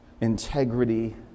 integrity